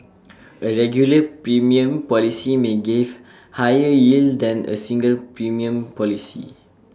A regular premium policy may give higher yield than A single premium policy